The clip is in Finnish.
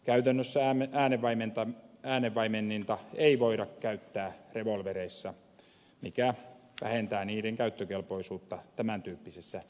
käytännössä äänenvaimenninta ei voida käyttää revolvereissa mikä vähentää niiden käyttökelpoisuutta tämän tyyppisissä metsästyksissä